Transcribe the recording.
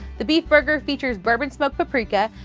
the beef burger features bourbon-smoked paprika,